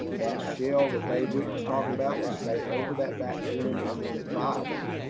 that shell that dave wick was talking about will stay over that bacterium and keep it viable.